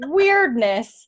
weirdness